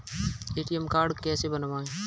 ATM card कैसे बनवाएँ?